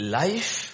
life